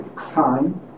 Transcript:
time